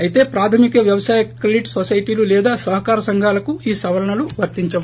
అయితే ప్రాధమిక వ్యవసాయ క్రెడిట్ నొసైటీలు లేదా సహకార సంఘాలకు ఈ సవరణలు వర్తించవు